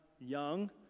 young